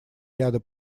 ряда